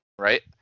Right